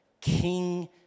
King